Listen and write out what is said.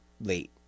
late